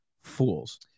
fools